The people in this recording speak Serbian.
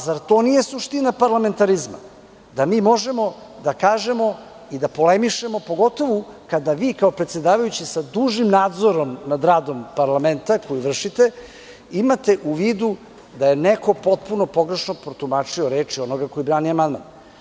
Zar to nije suština parlamentarizma, da možemo da kažemo i da polemišemo pogotovu, kada vi kao predsedavajući sa dužnim nadzorom nad radom parlamenta, koji vršite, imate u vidu da je neko potpuno pogrešno protumačio reči onoga ko brani amandman.